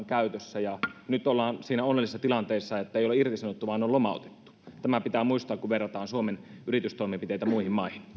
käytössä ja nyt ollaan siinä onnellisessa tilanteessa että ei ole irtisanottu vaan on lomautettu tämä pitää muistaa kun verrataan suomen yritystoimenpiteitä muihin maihin